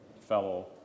fellow